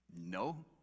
No